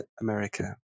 America